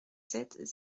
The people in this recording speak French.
sept